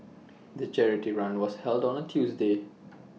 the charity run was held on A Tuesday